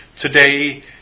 today